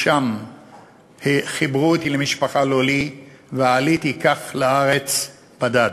משם חיברו אותי למשפחה לא לי, ועליתי כך לארץ בדד.